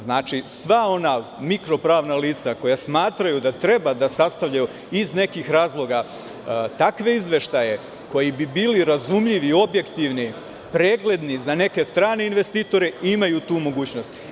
Znači, sva ona mikro pravna lica koja smatraju da treba da sastavljaju iz nekih razloga takve izveštaje koji bi bili razumljivi i objektivni, pregledni za neke strane investitore imaju tu mogućnost.